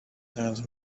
sands